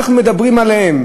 כשאנחנו מדברים עליהם,